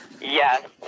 Yes